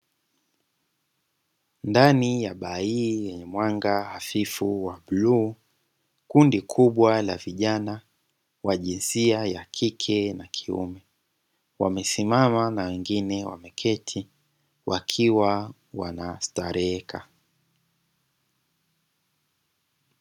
Ndani ya baa hii yenye mwanga hafifu ya bluu. Kundi kubwa la vijana wa jinsia ya kike na kiume wamesimama na wengine wameketi wakiwa wanastareheka.